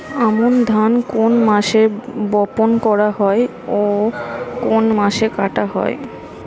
আমন ধান কোন মাসে বপন করা হয় ও কোন মাসে কাটা হয়?